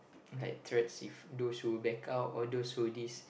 like threats if those who back up all those who this